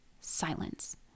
silence